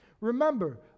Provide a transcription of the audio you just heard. Remember